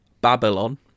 Babylon